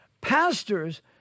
pastors